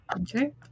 Okay